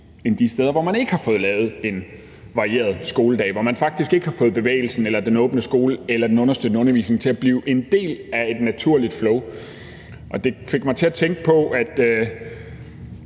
end de steder, hvor man ikke har fået lavet en varieret skoledag, og hvor man faktisk ikke har fået bevægelsen eller den åbne skole eller den understøttende undervisning til at blive en del af et naturligt flow. Kl. 14:15 Det fik mig til at tænke på, at